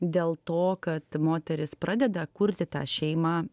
dėl to kad moterys pradeda kurti tą šeimą